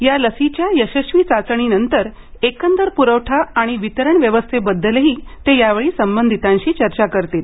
या लसीच्या यशस्वी चाचणीनंतर एकंदर पुरवठा आणि वितरण व्यवस्थेबद्दलही ते यावेळी संबंधितांशी चर्चा करतील